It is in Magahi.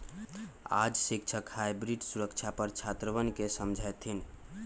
आज शिक्षक हाइब्रिड सुरक्षा पर छात्रवन के समझय थिन